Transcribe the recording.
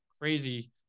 crazy